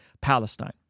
Palestine